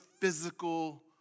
physical